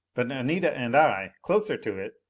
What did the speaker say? but anita and i, closer to it,